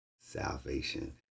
salvation